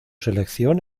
selección